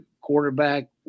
quarterback